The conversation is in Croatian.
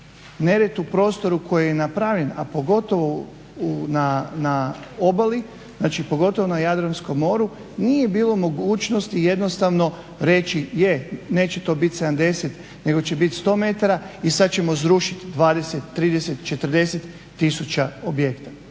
Nered u prostoru koji je napravljen, a pogotovo na obali, znači pogotovo na Jadranskom moru, nije bilo mogućnosti jednostavno reći je, neće to biti 70 nego 100 metara i sad ćemo srušiti 20,30,40 tisuća objekata.